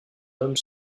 homme